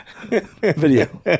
video